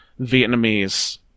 Vietnamese